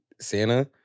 Santa